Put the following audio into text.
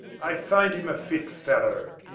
i find him a fit fellow.